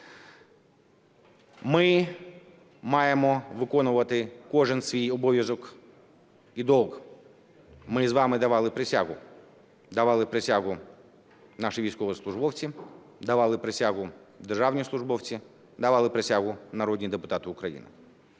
Ми маємо виконувати кожен свій обов'язок і долг. Ми з вами давали присягу, давали присягу наші військовослужбовці, давали присягу державні службовці, давали присягу народні депутати України,